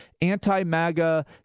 anti-MAGA